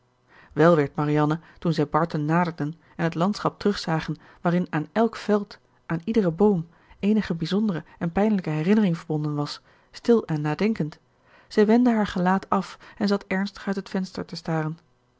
wel werd marianne toen zij barton naderden en het landschap terugzagen waarin aan elk veld aan iederen boom eenige bijzondere en pijnlijke herinnering verbonden was stil en nadenkend zij wendde haar gelaat af en zat ernstig uit het venster te staren